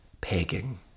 pegging